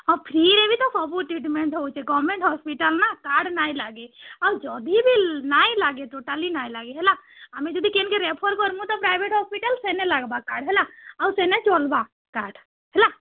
ହଁ ଫ୍ରି'ରେ ବି ତ ସବୁ ଟ୍ରିଟ୍ମେଣ୍ଟ୍ ହେଉଛେ ଗଭ୍ମେଣ୍ଟ୍ ହସ୍ପିଟାଲ୍ ନା କାର୍ଡ଼୍ ନାଇ ଲାଗେ ଆଉ ଯଦି ବି ନାଇଁ ଲାଗେ ଟୋଟାଲି ନାଇଁ ଲାଗେ ହେଲା ଆମେ ଯଦି କେନ୍କେ ରେଫର୍ କର୍ମୁ ତ ପ୍ରାଇଭେଟ୍ ହସ୍ପିଟାଲ୍ ସେନେ ଲାଗ୍ବା କାର୍ଡ଼୍ ହେଲା ଆଉ ସେନେ ଚଲ୍ବା କାର୍ଡ଼୍ ହେଲା